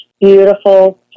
beautiful